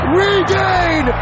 regain